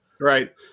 Right